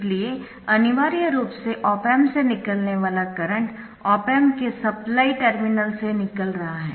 इसलिए अनिवार्य रूप से ऑप एम्प से निकलने वाला करंट ऑप एम्प के सप्लाई टर्मिनल्स से निकल रहा है